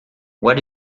what